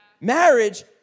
Marriage